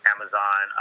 Amazon